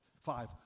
five